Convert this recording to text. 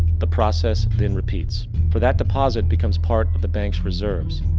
the process then repeats. for that deposit becomes part of the banks reserves.